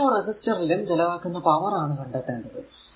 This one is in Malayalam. ഓരോ റെസിസ്റ്റർ ലും ചെലവാക്കുന്ന പവർ ആണ് കണ്ടെത്തേണ്ടത്